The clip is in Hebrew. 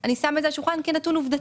אני שמה את זה על השולחן כנתון עובדתי.